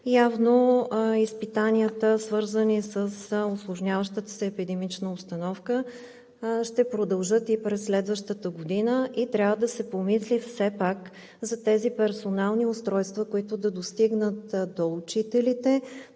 Явно изпитанията, свързани с усложняващата се епидемична обстановка, ще продължат и през следващата година, и трябва да се помисли все пак за тези персонални устройства, които да достигнат до учителите,